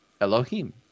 Elohim